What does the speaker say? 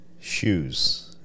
Shoes